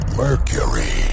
mercury